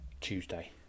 Tuesday